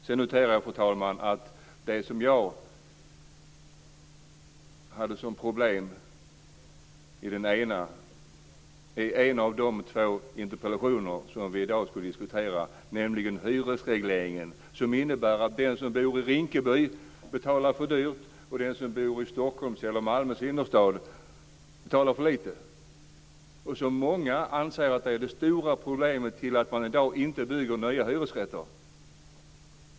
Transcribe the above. Sedan noterade jag, fru talman, en sak med det som jag tog upp som problem i en av de två interpellationer som vi i dag skulle diskutera, nämligen hyresregleringen, som innebär att den som bor i Rinkeby betalar för dyrt och den som bor i Stockholms eller Malmös innerstad betalar för lite. Detta är det stora problemet, och det som många anser är anledningen till att man i dag inte bygger nya hyresrätter.